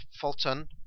Fulton